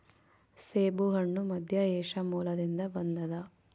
ಸೇಬುಹಣ್ಣು ಮಧ್ಯಏಷ್ಯಾ ಮೂಲದಿಂದ ಬಂದದ